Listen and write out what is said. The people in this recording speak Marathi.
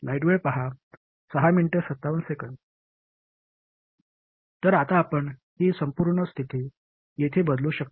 तर आता आपण ही संपूर्ण स्तिथी येथे बदलू शकतो